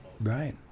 Right